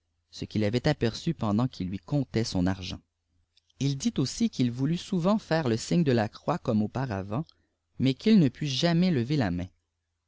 ce pi'ïl avait aperçu pendant qti'îl lui comptait son diirt il dit aussi qu'il voulut souvent faire le signe de la croix coriimfë àupàrâvàilt inèss qu'il ne pût jamais lever la main